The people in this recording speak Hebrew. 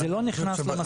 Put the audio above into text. זה לא נכנס במסלול.